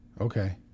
okay